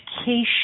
education